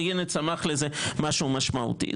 והנה צמח לזה משהו משמעותי.